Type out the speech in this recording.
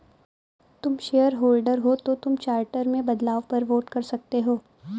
तुम शेयरहोल्डर हो तो तुम चार्टर में बदलाव पर वोट कर सकते हो